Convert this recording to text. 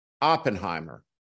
Oppenheimer